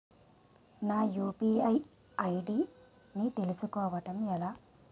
నా UPI ID ని తెలుసుకోవడం ఎలా?